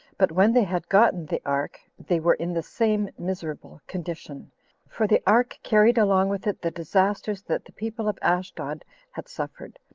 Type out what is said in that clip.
but when they had gotten the ark, they were in the same miserable condition for the ark carried along with it the disasters that the people of ashdod had suffered,